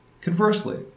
Conversely